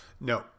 no